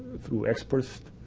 through experts.